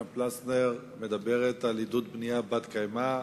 פלסנר מדברת על עידוד בנייה בת-קיימא,